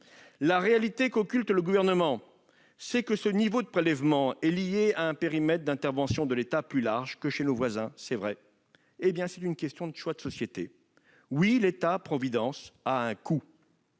La réalité qu'occulte le Gouvernement, c'est que ce niveau de prélèvements est lié à un périmètre d'intervention de l'État plus large que chez nos voisins- c'est vrai. C'est une question de choix de société ! Oui, l'État-providence a un coût,